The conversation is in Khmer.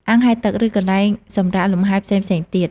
អាងហែលទឹក ឬកន្លែងសម្រាកលំហែផ្សេងៗទៀត។